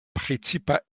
precipa